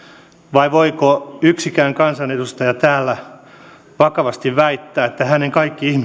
vai voiko yksikään kansanedustaja täällä vakavasti väittää että hänen kaikki